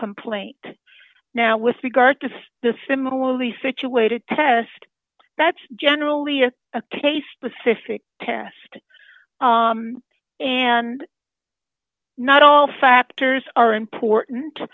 complaint now with regard to the similarly situated test that's generally a case specific test and not all factors are important